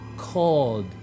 Called